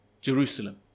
Jerusalem